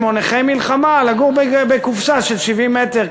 או נכי מלחמה לגור בקופסה של 70 מ"ר.